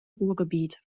ruhrgebiet